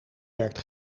werkt